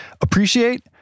appreciate